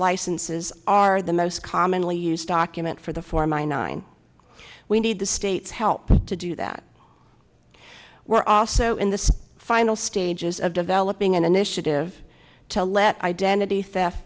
licenses are the most commonly used document for the for my nine we need the state's help to do that we're also in the final stages of developing an initiative to let identity theft